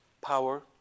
power